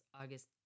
August